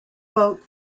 folk